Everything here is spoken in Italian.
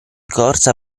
corsa